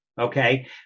okay